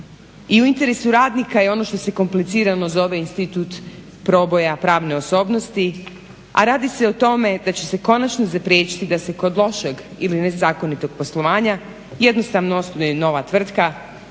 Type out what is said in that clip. i u interesu radnika je ono što se komplicirano zove institut proboja pravne osobnosti, a radi se o tome da će se konačno zapriječiti da se kod lošeg ili nezakonitog poslovanja jednostavno osnuje nova tvrtka,